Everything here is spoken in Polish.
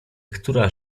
która